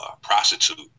prostitute